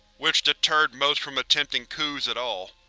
which deterred most from attempting coups at all.